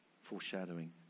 foreshadowing